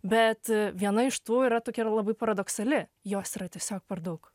bet viena iš tų yra tokia yra labai paradoksali jos yra tiesiog per daug